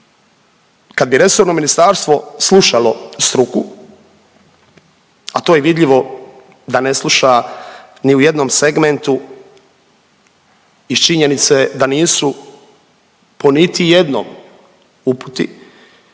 kad bi resorno ministarstvo slušalo struku, a to je vidljivo da ne sluša ni u jednom segmentu iz činjenice da nisu po niti jednoj uputi